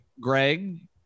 Greg